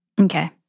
Okay